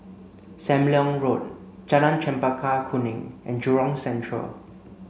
Sam Leong Road Jalan Chempaka Kuning and Jurong Central